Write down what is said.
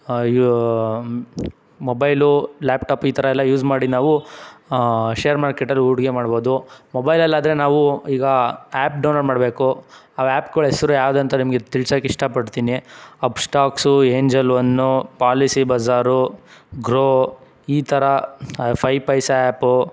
mobile laptop ಈ ಥರ ಎಲ್ಲ ಯೂಸ್ ಮಾಡಿ ನಾವು ಶೇರ್ ಮಾರ್ಕೆಟಲ್ಲಿ ಹೂಡ್ಕೆ ಮಾಡ್ಬೋದು ಮೊಬೈಲಲ್ಲಾದರೆ ನಾವು ಈಗ ಆ್ಯಪ್ ಡೌನ್ಲೋಡ್ ಮಾಡಬೇಕು ಆ ಆ್ಯಪ್ಗಳ ಹೆಸ್ರು ಯಾವುದಂತ ನಿಮಗೆ ತಿಳ್ಸಕ್ಕೆ ಇಷ್ಟಪಡ್ತೀನಿ Upstox Angel One Policybazaar Groww ಈ ಥರ ಫೈ ಪೈಸ ಆ್ಯಪು